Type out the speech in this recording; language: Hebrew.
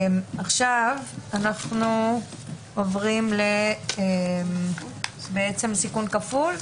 נעבור לסעיף 7, סיכן כפול.